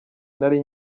nari